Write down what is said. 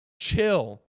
chill